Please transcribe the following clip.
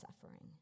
suffering